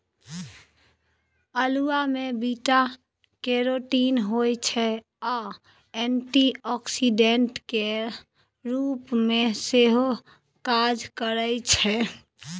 अल्हुआ मे beta carotene होइ छै आ एंटीआक्सीडेंट केर रुप मे सेहो काज करय छै